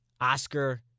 Oscar